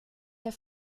der